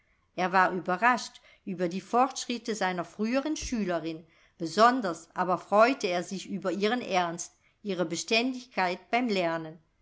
er war überrascht über die fortschritte seiner früheren schülerin besonders aber freute er sich über ihren ernst ihre beständigkeit beim